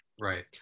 Right